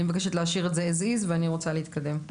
אני מבקשת להשאיר את זה כמו שזה ואני רוצה להתקדם.